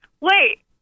Wait